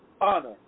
honor